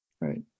Right